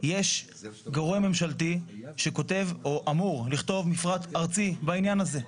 יש גורם ממשלתי שכותב או אמור לכתוב מפרט ארצי בעניין הזה,